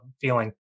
feeling